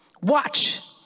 watch